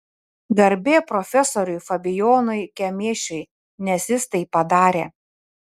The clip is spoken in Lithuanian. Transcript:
garbė profesoriui fabijonui kemėšiui nes jis tai padarė